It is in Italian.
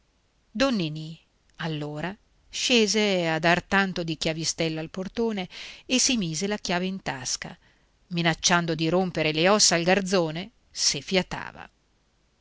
ninì allora scese a dar tanto di chiavistello al portone e si mise la chiave in tasca minacciando di rompere le ossa al garzone se fiatava